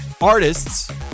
artists